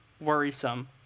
worrisome